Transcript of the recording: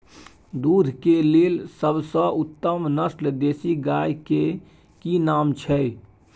दूध के लेल सबसे उत्तम नस्ल देसी गाय के की नाम छै?